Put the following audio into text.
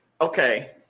Okay